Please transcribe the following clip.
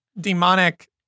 demonic